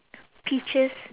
peaches